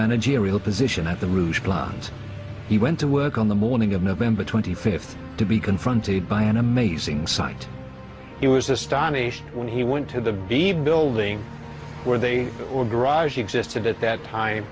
managerial position at the rouge blonds he went to work on the morning of november twenty fifth to be confronted by an amazing sight he was astonished when he went to the v building where they were garage existed at that time